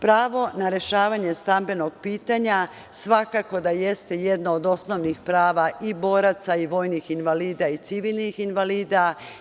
Pravo na rešavanje stambenog pitanja svakako da jeste jedno od osnovnih prava i boraca i vojnih invalida i civilnih invalida.